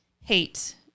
hate